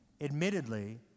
admittedly